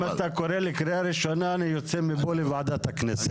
אם אתה קורא לי קריאה ראשונה אני יוצא מפה לוועדת הכנסת.